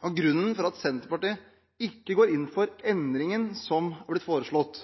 Grunnen til at Senterpartiet ikke går inn for endringen som er blitt foreslått,